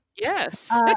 Yes